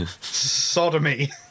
Sodomy